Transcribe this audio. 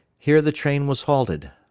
here the train was halted.